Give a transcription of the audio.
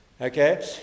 Okay